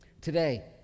Today